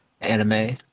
anime